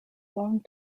long